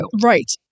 Right